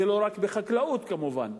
וזה לא רק בחקלאות, כמובן.